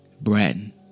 Bratton